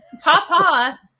papa